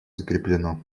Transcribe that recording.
закреплено